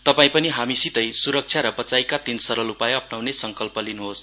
तपाईं पनि हामीसितै सुरक्षा र बचाईका तीन सरल उपाय अपनाउने संकल्प गर्नुहोस्